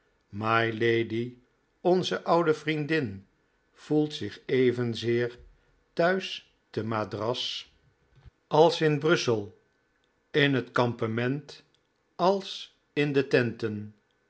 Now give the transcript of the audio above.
mylady onze oude vriendin voelt zich evenzeer thuis te madras als in brussel in het kampement als in de tenten